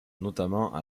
notamment